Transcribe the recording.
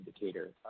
indicator